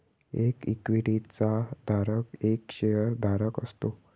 एक इक्विटी चा धारक एक शेअर धारक असतो